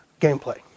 gameplay